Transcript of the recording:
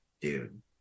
dude